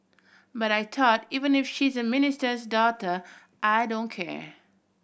but I thought even if she is a minister's daughter I don't care